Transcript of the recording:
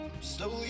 slowly